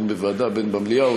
בין בוועדה ובין במליאה,